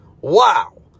Wow